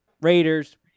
Raiders